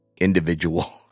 individual